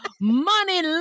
money